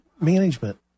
Management